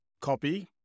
copy